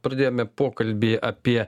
pradėjome pokalbį apie